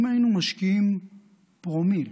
אם פרומיל,